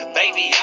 baby